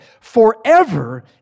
forever